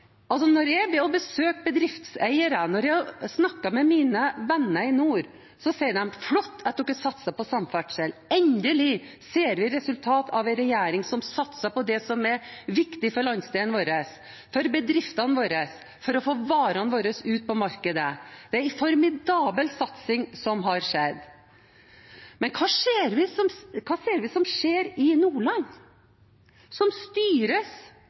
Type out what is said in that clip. Når jeg besøker bedriftseiere, når jeg snakker med mine venner i nord, sier de: Flott at dere satser på samferdsel, endelig ser vi resultatet av en regjering som satser på det som er viktig for landsdelen vår, for bedriftene våre, for å få varene våre ut på markedet. Det er en formidabel satsing som har skjedd. Men hva ser vi skje i Nordland, som